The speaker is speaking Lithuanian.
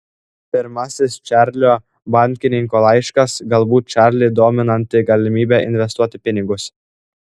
pirmasis čarlio bankininko laiškas galbūt čarlį dominanti galimybė investuoti pinigus